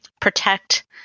protect